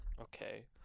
Okay